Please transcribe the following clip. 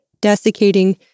desiccating